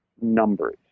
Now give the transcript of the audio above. numbers